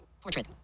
Portrait